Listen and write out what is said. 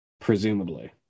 Presumably